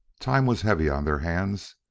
time was heavy on their hands,